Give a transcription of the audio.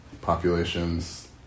populations